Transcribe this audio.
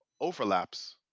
overlaps